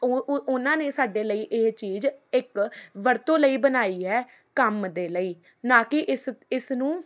ਉਹ ਉਹ ਉਹਨਾਂ ਨੇ ਸਾਡੇ ਲਈ ਇਹ ਚੀਜ਼ ਇੱਕ ਵਰਤੋਂ ਲਈ ਬਣਾਈ ਹੈ ਕੰਮ ਦੇ ਲਈ ਨਾ ਕਿ ਇਸ ਇਸ ਨੂੰ